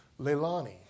Leilani